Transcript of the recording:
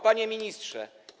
Panie Ministrze!